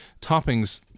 toppings